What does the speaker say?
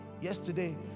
yesterday